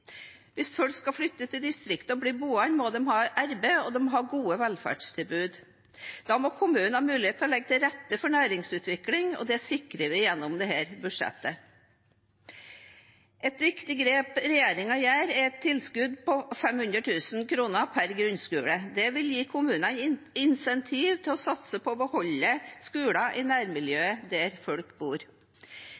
Hvis folk skal flytte til distriktet og bli boende, må de ha arbeid, og de må ha gode velferdstilbud. Da må kommunene ha muligheten til å legge til rette for næringsutvikling, og det sikrer vi gjennom dette budsjettet. Et viktig grep som regjeringen gjør, er å gi et tilskudd på 500 000 kr per grunnskole. Det vil gi kommunene et insentiv til å satse på å beholde skoler i